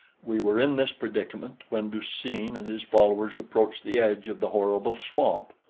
we were in this predicament when du-seen and his followers approached the edge of the horrible swamp.